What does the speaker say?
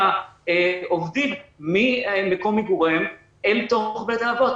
העובדים ממקום מגוריהם אל תוך בית האבות.